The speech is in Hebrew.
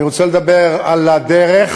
אני רוצה לדבר על הדרך,